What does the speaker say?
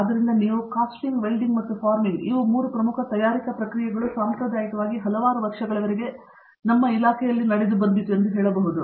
ಆದ್ದರಿಂದ ನೀವು CASTING Welding ಮತ್ತು Forming ಇವು 3 ಪ್ರಮುಖ ತಯಾರಿಕಾ ಪ್ರಕ್ರಿಯೆಗಳು ಸಾಂಪ್ರದಾಯಿಕವಾಗಿ ಹಲವಾರು ವರ್ಷಗಳವರೆಗೆ ನಮ್ಮ ಇಲಾಖೆಯ ಮೂಲವಾಗಿದೆ ಹೇಳಬಹುದು